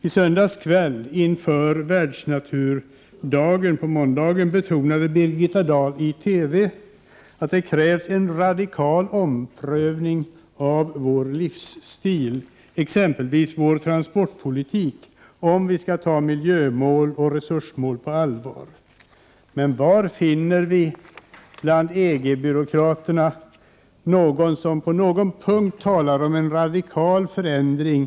I söndags kväll inför Världsnaturdagen betonade Birgitta Dahl i TV att det krävs en radikal omprövning av vår livsstil, exempelvis vår transportpolitik, om vi skall ta miljömålen och resursmålen på allvar. Var finner man bland EG-byråkraterna någon som på någon punkt talar om en radikal förändring Prot.